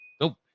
nope